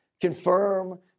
confirm